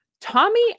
Tommy